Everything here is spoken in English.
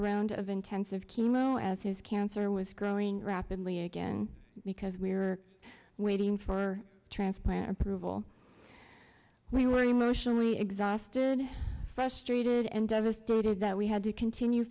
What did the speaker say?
round of intensive chemo as his cancer was growing rapidly again because we were waiting for transplant approval we were emotionally exhausted frustrated and devastated that we had to continue